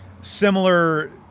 similar